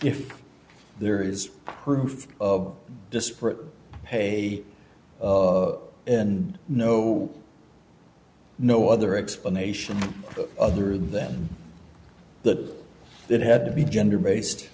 if there is proof of disparate pay and no no other explanation other than that that had to be gender base